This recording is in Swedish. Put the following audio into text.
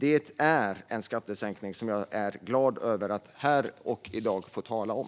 Det är en skattesänkning som jag är glad över att här och i dag få tala om.